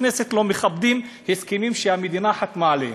כנסת אינם מכבדים הסכמים שהמדינה חתמה עליהם.